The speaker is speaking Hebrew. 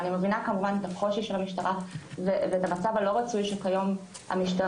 אני מבינה כמובן את הקושי של המשטרה ואת המצב הלא רצוי שכיום המשטרה